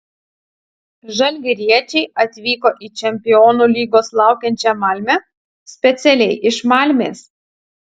žalgiriečiai atvyko į čempionų lygos laukiančią malmę specialiai iš malmės